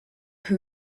who